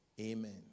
Amen